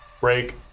Break